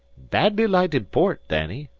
badly lighted port, danny.